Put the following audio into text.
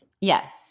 Yes